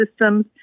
systems